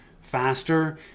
faster